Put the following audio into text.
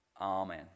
Amen